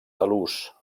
talús